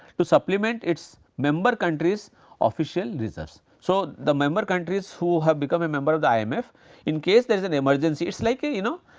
to supplement its member countries official reserves. so, the member countries who have become a member of the imf in case there is an emergency, it is like a you know,